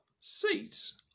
Seats